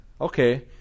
okay